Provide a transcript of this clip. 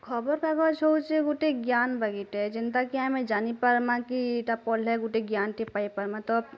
ଖବର୍ କାଗଜ୍ ହୋଉଛି ଗୁଟେ ଜ୍ଞାନ୍ ବାଗିଟେ ଯେନ୍ତା କି ଆମେ ଯାନିପାର୍କି ଏହିଟା ପଢ଼ିଲେ ଗୁଟେ ଜ୍ଞାନ ଟେ ପାଇପାର୍ମା ତ